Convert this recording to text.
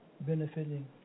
benefiting